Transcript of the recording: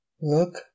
look